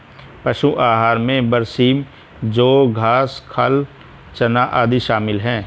पशु आहार में बरसीम जौं घास खाल चना आदि शामिल है